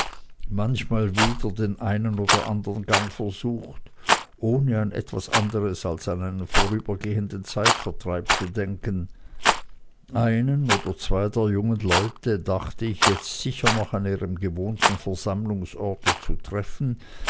manchmal wieder den einen oder andern gang versucht ohne an etwas anderes als an einen vorübergehenden zeitvertreib zu denken einen oder zwei der jungen leute dachte ich jetzt sicher noch an ihrem gewohnten versammlungsorte zu treffen